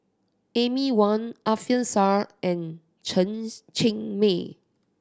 Amy Van Alfian Sa'at and Chen Cheng Mei